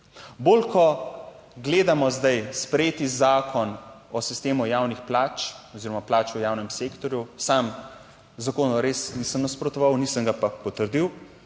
Bolj, ko gledamo zdaj sprejeti Zakon o sistemu javnih plač oziroma plač v javnem sektorju, sam zakonu res nisem nasprotoval, nisem ga pa potrdil.